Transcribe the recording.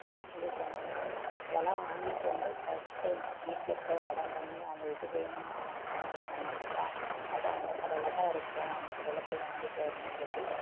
அப்புடில்லாம் சொல்லி சொன்னாங்க அதெலாம் வாங்கிட்டு வந்து ஃபஸ்ட் டைம் வீட்டில் போய் அடம் பண்ணி அந்த இது வேணுமாம்மா வாங்கிட்டு வர சொன்னாங்கப்பா அதுவும் அந்த கடையில் தான் இருக்கும் அந்த கடையில் போய் வாங்கிட்டு வரணும்னு சொல்லி